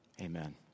Amen